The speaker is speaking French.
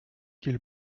qu’il